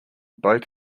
both